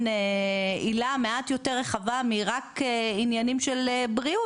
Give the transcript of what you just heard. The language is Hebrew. עילה מעט יותר רחבה מרק עניינים של בריאות,